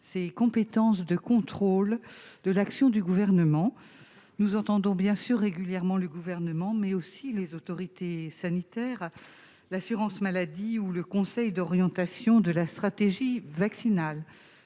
ses compétences de contrôle de l'action du Gouvernement, que nous entendons régulièrement, tout comme les autorités sanitaires, l'assurance maladie ou le Conseil d'orientation de la stratégie vaccinale.